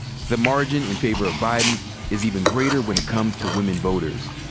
the margin in favor of biden is even greater when it comes to women voters.